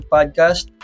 Podcast